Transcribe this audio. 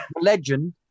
Legend